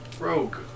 Rogue